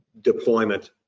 deployment